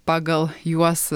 pagal juos